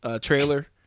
trailer